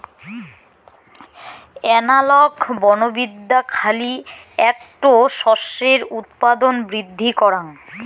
analogue বনবিদ্যা খালি এ্যাকটো শস্যের উৎপাদন বৃদ্ধি করাং